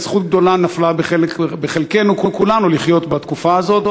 זכות גדולה נפלה בחלקנו כולנו לחיות בתקופה הזאת,